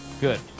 Good